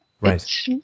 Right